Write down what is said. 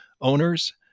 owners